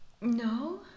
No